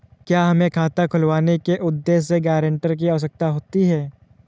क्या हमें खाता खुलवाने के उद्देश्य से गैरेंटर की आवश्यकता होती है?